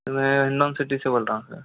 मैं हिंडोंन सिटी से बोल रहा हूँ सर